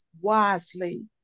wisely